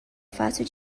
fácil